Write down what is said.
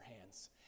hands